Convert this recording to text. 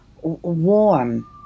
warm